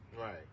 Right